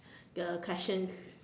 the questions